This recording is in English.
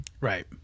right